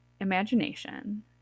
imagination